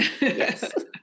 Yes